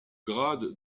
grade